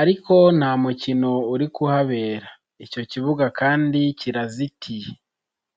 ariko nta mukino uri kuhabera, icyo kibuga kandi kirazitiye.